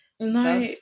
No